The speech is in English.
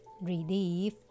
relief